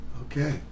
Okay